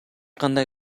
кандай